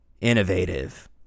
innovative